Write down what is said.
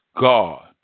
God